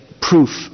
proof